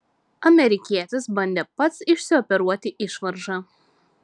amerikietis bandė pats išsioperuoti išvaržą